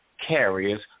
carriers